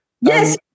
Yes